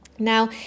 Now